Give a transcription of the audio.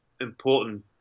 important